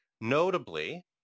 notably